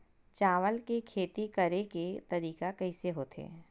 चावल के खेती करेके तरीका कइसे होथे?